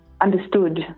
understood